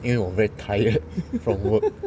因为我 very tired from work